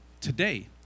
today